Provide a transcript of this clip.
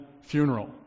funeral